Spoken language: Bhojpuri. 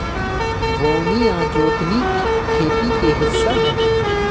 बोअनी आ जोतनी खेती के हिस्सा ह